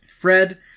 Fred